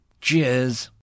Cheers